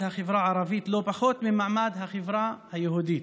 החברה הערבית לא פחות ממעמד החברה היהודית,